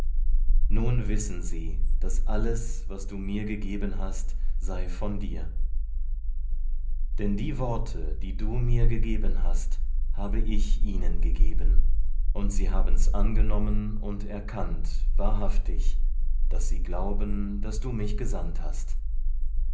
nun wissen sie daß alles was du mir gegeben hast sei von dir denn die worte die du mir gegeben hast habe ich ihnen gegeben und sie haben's angenommen und erkannt wahrhaftig daß sie glauben daß du mich gesandt hast